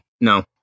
No